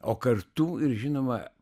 o kartu ir žinoma